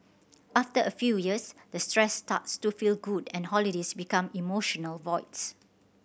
after a few years the stress starts to feel good and holidays become emotional voids